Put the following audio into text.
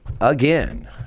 again